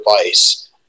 device